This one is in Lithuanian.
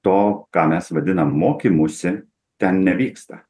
to ką mes vadinam mokymusi ten nevyksta